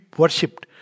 worshipped